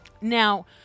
Now